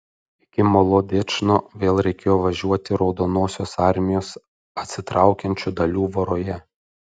iki molodečno vėl reikėjo važiuoti raudonosios armijos atsitraukiančių dalių voroje